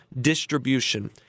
distribution